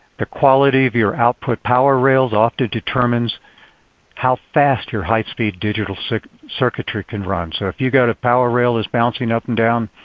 the quality of your output power rails often determines how fast your high speed digital circuitry can run. so if you've got a power rail that's bouncing up and down,